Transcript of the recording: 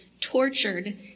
tortured